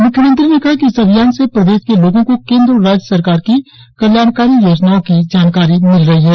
मुख्यमंत्री ने कहा कि इस अभियान से प्रदेश के लोगों को केंद्र और राज्य सरकार की कल्याणकारी योजनाओं की जानकारी मिल रही है